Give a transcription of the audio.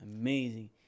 Amazing